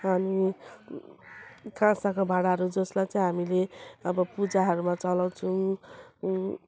अनि काँसका भाँडाहरू जसलाई चाहिँ हामीले अब पूजाहरूमा चलाउँछौँ